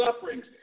sufferings